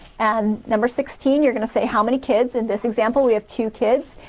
and number sixteen you're gonna say how many kids in this example we have two kids,